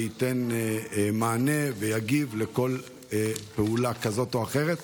ייתן מענה ויגיב על כל פעולה כזאת או אחרת,